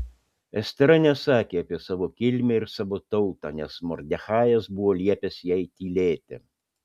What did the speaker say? estera nesakė apie savo kilmę ir savo tautą nes mordechajas buvo liepęs jai tylėti